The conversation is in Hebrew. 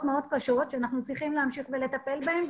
מאוד קשות שאנחנו צריכים להמשיך לטפל בהן,